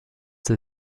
der